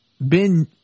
Ben